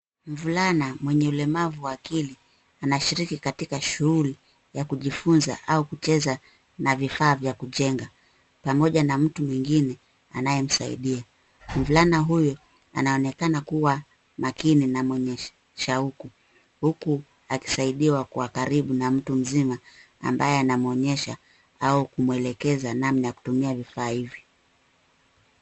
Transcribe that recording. Mvulana mwenye ulemavu wa akili anashiriki katika shughuli ya kujifunza au kucheza na vifaa vya kujenga pamoja na mtu mwingine anayemsaidia. Mvulana huyu anaonekana kuwa makini na mwenye shauku, huku akisaidiwa kwa karibu na mtu mzima ambaye anamwonyesha au kumwelekeza namna ya kutumia vifaa hivi.